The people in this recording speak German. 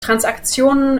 transaktionen